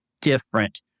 different